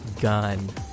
gun